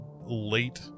late